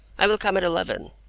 i will come at eleven.